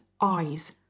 eyes